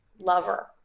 Lover